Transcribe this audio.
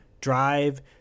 drive